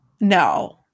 No